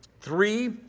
three